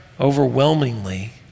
overwhelmingly